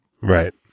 Right